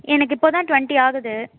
எனக்கு இப்போது தான் ட்வெண்ட்டி ஆகுது